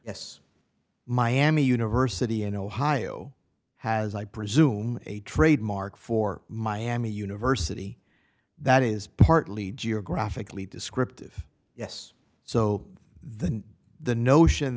yes miami university in ohio has i presume a trademark for miami university that is partly geographically descriptive yes so then the notion